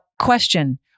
question